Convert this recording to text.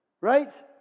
right